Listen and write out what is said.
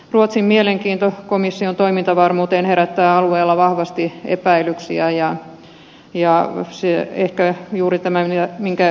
ruotsin mielenkiinto komission toimintavarmuuteen herättää alueella vahvasti epäilyksiä johtuen ehkä juuri tästä minkä ed